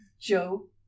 Joe